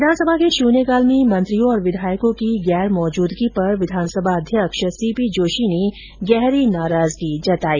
विधानसभा के शून्यकाल में मंत्रियों और विधायकों की गैरमौजूदगी पर विधानसभा अध्यक्ष सीपी जोशी ने गहरी नाराजगी जताई